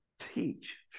Teach